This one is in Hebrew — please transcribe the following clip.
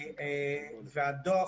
והדוח